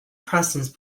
presence